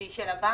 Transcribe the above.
שהיא של הבנק?